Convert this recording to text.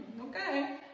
okay